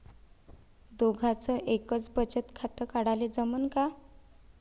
दोघाच एकच बचत खातं काढाले जमनं का?